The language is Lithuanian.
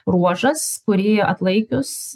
ruožas kurį atlaikius